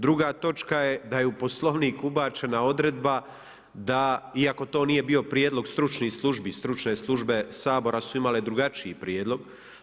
Druga točka je da je u Poslovnik ubačena odredba da, iako to nije bio prijedlog stručnih službi, stručne službe Sabora su imale drugačiji prijedlog.